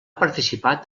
participat